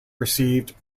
received